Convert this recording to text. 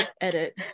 edit